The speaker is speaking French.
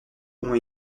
ont